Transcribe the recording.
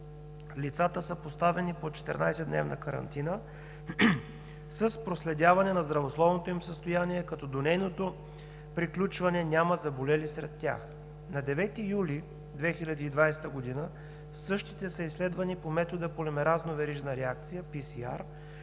Лицата са поставени под 14-дневна карантина с проследяване на здравословното им състояние, като до нейното приключване няма заболели сред тях. На 9 юли 2020 г. същите са изследвани по метода Полимеразна верижна реакция –